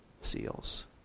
seals